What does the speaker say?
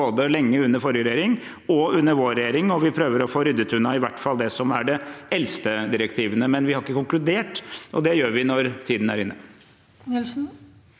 både under forrige regjering og under vår regjering. Vi prøver å få ryddet unna i hvert fall de eldste direktivene, men her har vi ikke konkludert. Det gjør vi når tiden er inne.